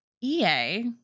EA